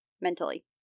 mentally